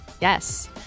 Yes